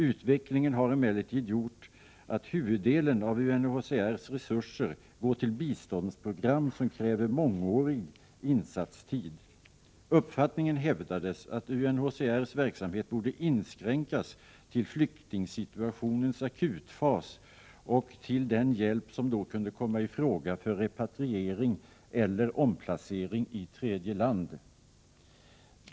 Utvecklingen har emellertid gjort att huvuddelen av UNHCR:s resurser går till biståndsprogram som kräver mångårig insatstid. Uppfattningen hävdades att UNHCR:s verksamhet borde inskränkas till flyktingsituationens akutfas och till den hjälp som då kunde komma i fråga för repatriering eller omplacering i tredje land.